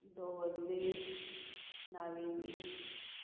दोवरली Navelim